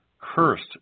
Cursed